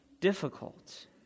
difficult